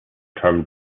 term